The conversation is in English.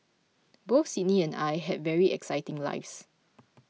both Sydney and I had very exciting lives